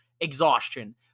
exhaustion